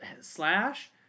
Slash